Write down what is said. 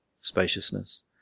spaciousness